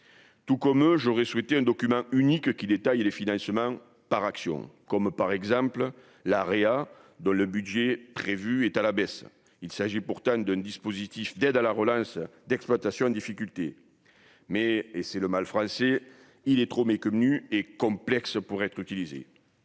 Tout comme j'aurais souhaité un document unique qui détaille les financements par actions, comme par exemple la réa dans le budget prévu est à la baisse, il s'agit pourtant d'un dispositif d'aide à la relance d'exploitations en difficulté mais, et c'est le mal français, il est trop méconnue et complexe, pourrait être utilisé,